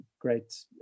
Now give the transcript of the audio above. great